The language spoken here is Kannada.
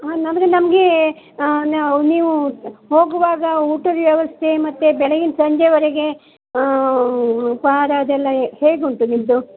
ಹಾಂ ನಮಗೆ ನಮಗೆ ನಾವು ನೀವು ಹೋಗುವಾಗ ಊಟದ ವ್ಯವಸ್ಥೆ ಮತ್ತೆ ಬೆಳಗಿಂದ ಸಂಜೆವರೆಗೆ ಸಾರ ಅದೆಲ್ಲ ಹೇಗುಂಟು ನಿಮ್ಮದು